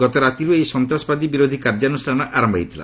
ଗତ ରାତିର୍ ଏହି ସନ୍ତାସବାଦୀ ବିରୋଧ୍ୟ କାର୍ଯ୍ୟାନ୍ରଷାନ ଆରମ୍ଭ ହୋଇଥିଲା